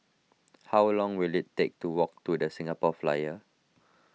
how long will it take to walk to the Singapore Flyer